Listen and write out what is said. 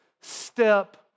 step